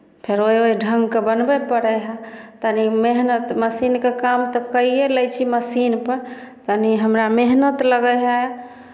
फेर ओहि ओहि ढङ्गके बनबय पड़ै हए तनी मेहनति मशीनके काम तऽ कैए लै छी मशीनपर तनी हमरा मेहनति लगै हए